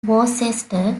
worcester